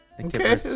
Okay